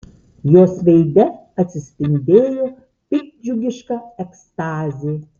jos veide atsispindėjo piktdžiugiška ekstazė